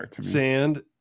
sand